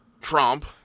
Trump